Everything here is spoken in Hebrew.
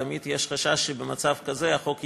תמיד יש חשש שבמצב כזה החוק ייתקע,